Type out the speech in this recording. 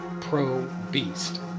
pro-beast